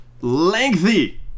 lengthy